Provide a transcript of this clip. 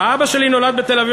אבא שלי נולד בתל-אביב.